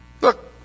Look